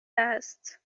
است